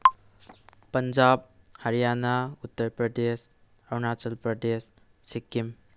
Punjab Haryana Uttar Pradesh Arunachal Pradesh Sikkim